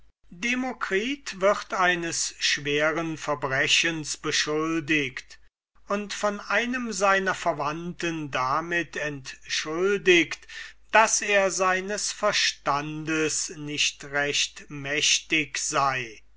demokritus wird eines schweren verbrechens beschuldiget und von einem seiner verwandten damit entschuldiget daß er seines verstandes nicht recht mächtig sei